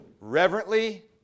reverently